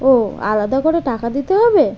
ও আলাদা করে টাকা দিতে হবে